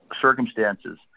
circumstances